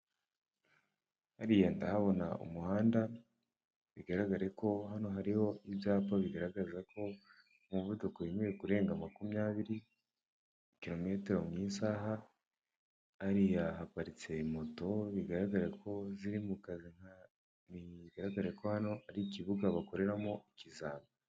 Hariya ndahabona umuhanda bigaragare ko hano hariho ibyapa bigaraga ko umuvuduko wemewe kure makumyabiri kirometero mu isaha, ariya haparitse moto bigaragara ko ziri mu kazi, bigaragare ko hano ari ikibuga bakoreramo ikizami.